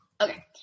Okay